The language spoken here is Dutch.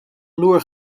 loer